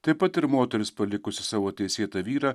taip pat ir moteris palikusi savo teisėtą vyrą